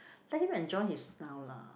let him enjoy his now lah